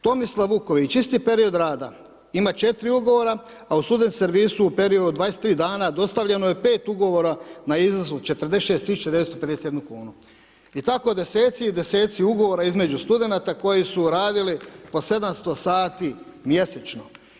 Tomislav Vuković, isti period rada, ima 4 ugovora, a u student servisu u periodu 23 dana dostavljeno je 5 ugovora na iznos od 46 tisuća 951 kunu i tako deseci i deseci ugovora između studenata koji su radili po 700 sati mjesečno.